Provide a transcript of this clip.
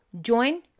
join